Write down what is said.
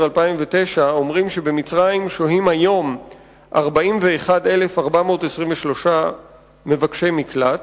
2009 אומרים שבמצרים שוהים היום 41,423 מבקשי מקלט.